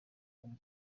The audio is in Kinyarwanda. ubuntu